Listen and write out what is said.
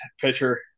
pitcher